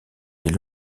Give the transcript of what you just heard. les